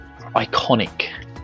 iconic